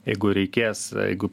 jeigu reikės jeigu